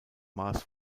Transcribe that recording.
mars